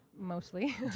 mostly